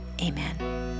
amen